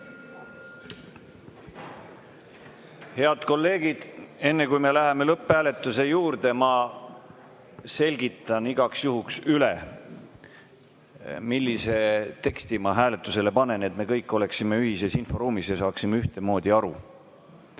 kolleegid, enne kui me läheme lõpphääletuse juurde, ma selgitan igaks juhuks üle, millise teksti ma hääletusele panen, et me kõik oleksime ühises inforuumis ja saaksime ühtemoodi aru.